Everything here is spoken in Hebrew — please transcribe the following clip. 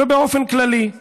ובאופן כללי.